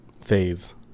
phase